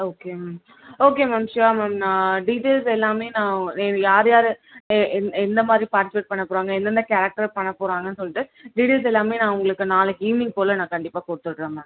okay ma'am okay ma'am sure ma'am நான் details எல்லாமே நான் வெ யார் யார் எ எந் எந்தமாதிரி பார்ட்டிசிபேட் பண்ண போகிறாங்க எந்தெந்த கேரக்டர் பண்ண போகிறாங்கன்னு சொல்லிட்டு டீட்டெயில்ஸ் எல்லாமே நான் உங்களுக்கு நாளைக்கு ஈவினிங் போல் நான் கண்டிப்பாக கொடுத்துட்றேன் மேம்